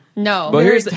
No